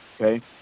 okay